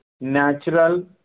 natural